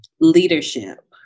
leadership